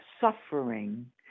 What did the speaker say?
suffering